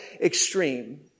extreme